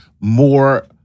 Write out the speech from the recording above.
more